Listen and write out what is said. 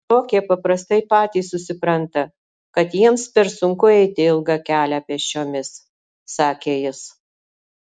tokie paprastai patys susipranta kad jiems per sunku eiti ilgą kelią pėsčiomis sakė jis